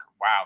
Wow